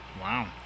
Wow